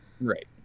Right